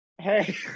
Hey